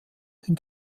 den